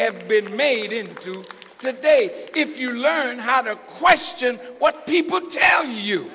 have been made in to the day if you learn how to question what people tell you